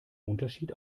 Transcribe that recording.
unterschied